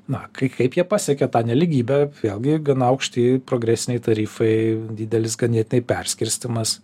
na kai kaip jie pasiekė tą nelygybę vėlgi gana aukšti progresiniai tarifai didelis ganėtinai perskirstymas